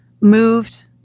moved